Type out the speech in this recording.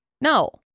no